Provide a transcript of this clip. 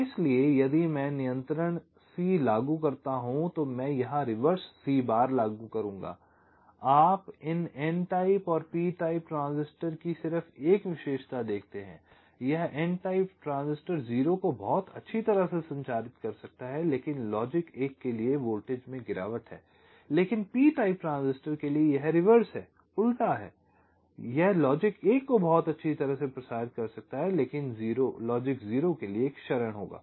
इसलिए यदि मैं यहां नियंत्रण C लागू करता हूं तो मैं यहां रिवर्स C बार लागू करूंगा आप इन n टाइप और p टाइप ट्रांजिस्टर की सिर्फ एक विशेषता देखते हैं यह n टाइप ट्रांजिस्टर 0 को बहुत अच्छी तरह से संचारित कर सकता है लेकिन लॉजिक 1 के लिए वोल्टेज में गिरावट है लेकिन p टाइप ट्रांजिस्टर के लिए यह रिवर्स है यह लॉजिक 1 को बहुत अच्छी तरह से प्रसारित कर सकता है लेकिन लॉजिक 0 के लिए एक क्षरण होगा